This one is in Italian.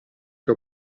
che